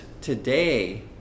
today